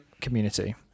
community